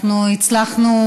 אנחנו הצלחנו,